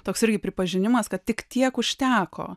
toks irgi pripažinimas kad tik tiek užteko